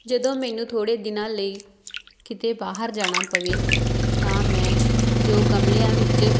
ਜਦੋਂ ਮੈਨੂੰ ਥੋੜ੍ਹੇ ਦਿਨਾਂ ਲਈ ਕਿਤੇ ਬਾਹਰ ਜਾਣਾ ਪਵੇ ਤਾਂ ਮੈਂ ਜੋ ਗਮਲਿਆਂ ਵਿੱਚ